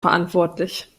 verantwortlich